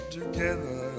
together